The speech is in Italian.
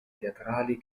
teatrali